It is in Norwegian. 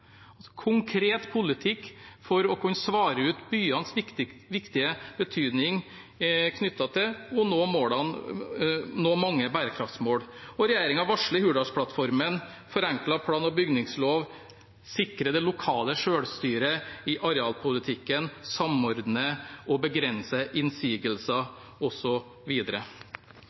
konkret politikk for å kunne svare ut byenes viktige betydning knyttet til å nå mange bærekraftsmål. Regjeringen varsler i Hurdalsplattformen forenklet plan- og bygningslov, å sikre det lokale selvstyret i arealpolitikken, å samordne og begrense innsigelser,